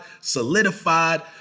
solidified